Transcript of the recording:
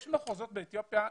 יש מחוזות באתיופיה,